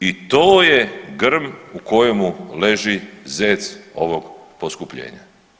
I to je grm u kojemu leži zec ovoga poskupljenja.